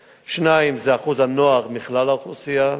2. אחוז הנוער מכלל האוכלוסייה,